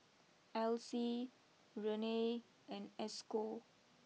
Alyse Renae and Esco